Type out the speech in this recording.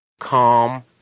calm